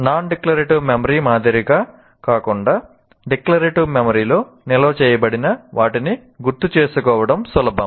non declarative memory మాదిరిగా కాకుండా declarative మెమరీలో నిల్వ చేయబడిన వాటిని గుర్తుచేసుకోవడం సులభం